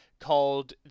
called